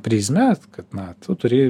prizmę kad na tu turi